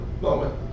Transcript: moment